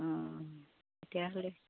অ' তেতিয়াহ'লে